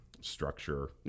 structure